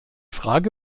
frage